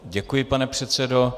Děkuji, pane předsedo.